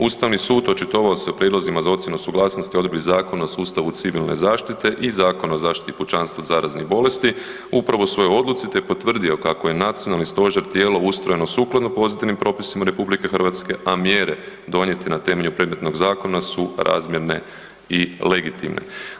Ustavni sud očitovao se o prijedlozima za ocjenu suglasnosti odredbi Zakona o sustavu civilne zaštite i Zakona o zaštiti pučanstva od zaraznih bolesti upravo u svojoj odluci te potvrdio kako je nacionalni stožer tijelo ustrojeno sukladno pozitivnim propisima RH, a mjere donijete na temelju predmetnog zakona su razmjerne i legitimne.